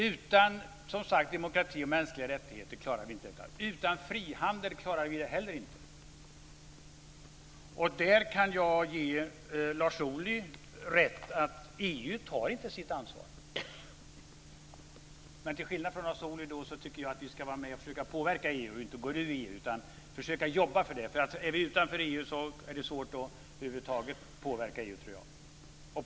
Utan demokrati och mänskliga rättigheter klarar vi det inte. Utan frihandel klarar vi det heller inte. Jag kan ge Lars Ohly rätt i att EU inte tar sitt ansvar. Till skillnad från Lars Ohly tycker jag att vi ska vara med och försöka påverka EU. Jag tycker inte att vi ska gå ur EU. Är vi utanför EU är det svårt att över huvud taget påverka EU.